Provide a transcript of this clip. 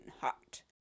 hot